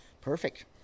Perfect